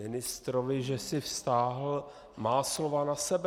... ministrovi, že si vztáhl má slova na sebe.